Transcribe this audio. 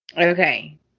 Okay